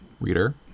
reader